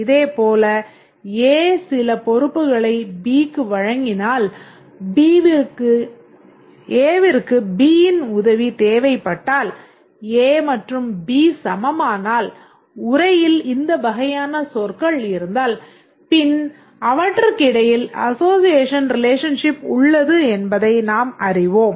இதேபோல் A சில பொறுப்புகளை B க்கு வழங்கினால்A விற்கு B யின் உதவி தேவைப்பட்டால் A மற்றும் B சமமானால் உரையில் இந்த வகையான சொற்கள் இருந்தால் பின் அவற்றுக்கிடையில் அசோஸியேஷன் ரிலேஷன்ஷிப் உள்ளது என்பதை நாம் அறிவோம்